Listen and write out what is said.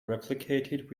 replicated